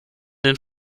den